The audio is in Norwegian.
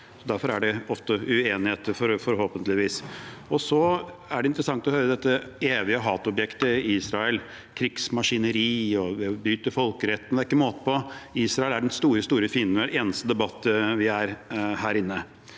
Derfor er det ofte uenigheter, forhåpentligvis. Så er det interessant å høre om dette evige hatobjektet Israel, krigsmaskineri og brudd på folkeretten – det er ikke måte på. Israel er den store, store fienden i hver eneste debatt vi har her inne.